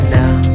now